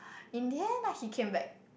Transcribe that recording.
in the end lah he came back